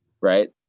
right